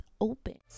open